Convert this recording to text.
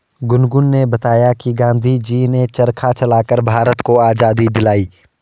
गुनगुन ने बताया कि गांधी जी ने चरखा चलाकर भारत को आजादी दिलाई